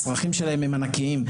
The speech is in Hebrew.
הצרכים שלהם הם ענקיים.